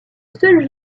seul